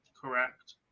Correct